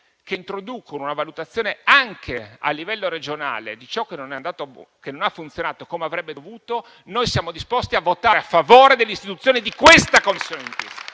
che introducono una valutazione anche a livello regionale di ciò che non ha funzionato come avrebbe dovuto, noi siamo disposti a votare a favore dell'istituzione di questa Commissione d'inchiesta.